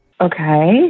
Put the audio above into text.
Okay